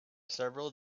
several